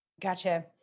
Gotcha